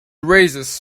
raises